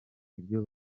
ibyo